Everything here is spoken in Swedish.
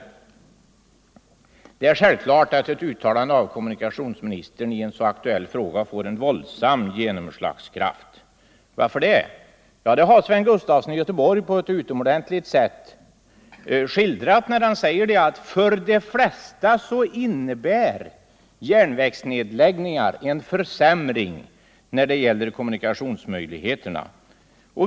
Det är självklart att ett uttalande av kommunikationsministern i en så aktuell fråga får en våldsam genomslagskraft. Varför det? Ja, det har herr Sven Gustafson i Göteborg på ett utomordentligt sätt skildrat när han säger, att järnvägsnedläggningar för de flesta innebär en försämring när det gäller kommunikationsmöjligheterna.